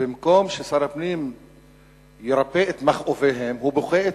ובמקום ששר הפנים ירפא את מכאוביהם הוא בוכה אתם.